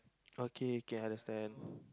okay K understand